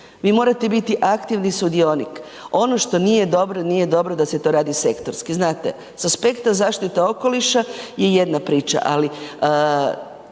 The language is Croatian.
Vi morate biti aktivni sudionik. Ono što nije dobro, nije dobro da se to radi sektorski. Znate, s aspekta zaštite okoliša je jedna priča, ali